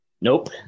Nope